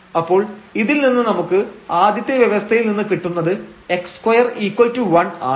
അപ്പോൾ ഇതിൽ നിന്ന് നമുക്ക് ആദ്യത്തെ വ്യവസ്ഥയിൽ നിന്ന് കിട്ടുന്നത് x21 ആണ്